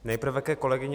Nejprve ke kolegyni